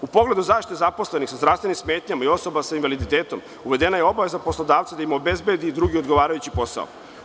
U pogledu zaštite zaposlenih sa zdravstvenim smetnjama i osoba sa invaliditetom uvedena je obaveza poslodavca da im obezbedi drugi odgovarajući posao.